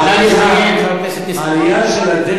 חבר הכנסת,